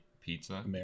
pizza